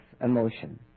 emotion